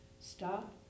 Stop